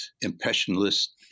impressionist